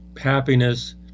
happiness